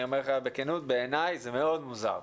בכנות, בעיניי זה מאוד מוזר.